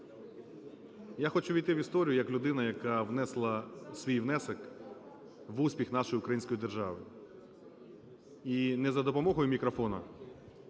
Я хочу ввійти в історію як людина, яка внесла свій внесок в успіх нашої української держави і не за допомогою мікрофона,